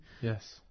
Yes